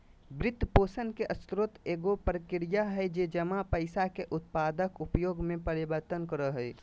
वित्तपोषण के स्रोत एगो प्रक्रिया हइ जे जमा पैसा के उत्पादक उपयोग में परिवर्तन करो हइ